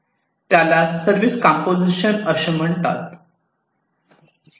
त्यालाच service composition असे म्हणतात